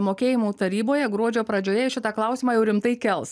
mokėjimų taryboje gruodžio pradžioje šitą klausimą jau rimtai kels